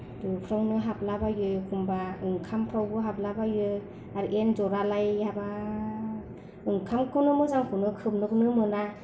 दोफ्रावनो हाबलाबायो एखमब्ला ओंखामफ्रावबो हाबलाबायो आरो एन्जरालाय हाबाब ओंखामखौनो मोजांखौनो खोबनो मोना